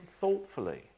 thoughtfully